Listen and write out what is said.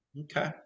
Okay